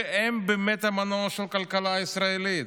והם באמת המנוע של הכלכלה הישראלית.